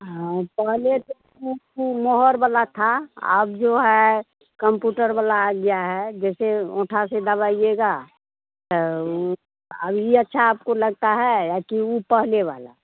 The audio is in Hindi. हाँ पहले त ऊ ऊ मोहर वाला था अब जो है कम्पूटर वाला आ गया है जैसे औंठा से दबाइएगा त ऊ अभी ई अच्छा आपको लगता है आ कि ऊ पहले वाला